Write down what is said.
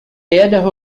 يده